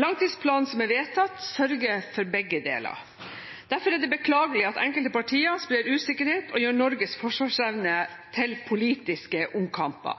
Langtidsplanen som er vedtatt, sørger for begge deler. Derfor er det beklagelig at enkelte partier sprer usikkerhet og gjør Norges forsvarsevne til politiske omkamper.